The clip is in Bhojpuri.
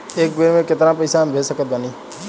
एक बेर मे केतना पैसा हम भेज सकत बानी?